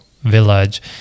village